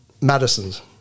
Madison's